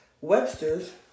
Webster's